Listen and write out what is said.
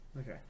Okay